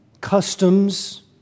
customs